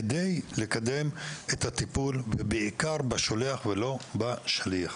כדי לקדם את הטיפול ובעיקר בשולח ולא בשליח.